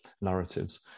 narratives